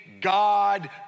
God